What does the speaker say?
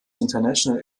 international